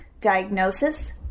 diagnosis